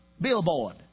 billboard